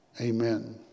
amen